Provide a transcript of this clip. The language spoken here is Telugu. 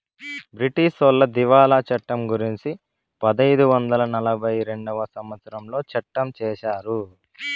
బ్రిటీసోళ్లు దివాళా చట్టం గురుంచి పదైదు వందల నలభై రెండవ సంవచ్చరంలో సట్టం చేశారు